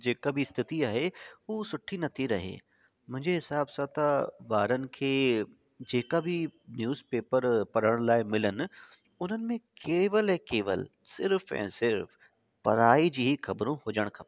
जेका बि स्थिति आहे हू सुठी नथी रहे मुंहिंजे हिसाब सां ॿारनि खे जेका बि न्यूसपेपर पढ़ण लाइ मिलनि उन्हनि में केवल ऐं केवल सिर्फ़ु ऐं सिर्फ़ु पढ़ाई जी ख़बरूं हुजणु खपनि